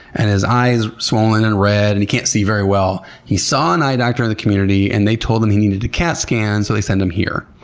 and his eye is swollen and red and he can't see very well. he saw an eye doctor in the community, and they told him he needed a cat scan, so they sent him here.